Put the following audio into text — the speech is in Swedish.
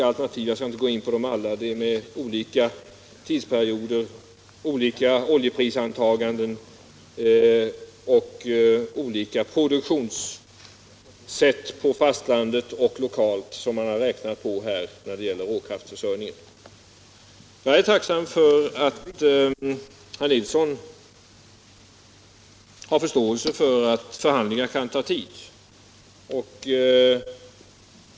— Om elförsörjningen Jag skall inte gå in på dem alla. Det är olika tidsperioder, olika olje — på Gotland prisantaganden och olika produktionssätt på fastlandet och lokalt som man har räknat med när det gäller råkraftförsörjningen. Jag är tacksam att herr Nilsson i Visby har förståelse för att förhandlingar kan ta tid.